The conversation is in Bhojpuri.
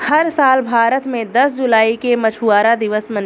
हर साल भारत मे दस जुलाई के मछुआरा दिवस मनेला